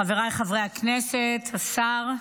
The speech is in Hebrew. חבריי חברי הכנסת, השר,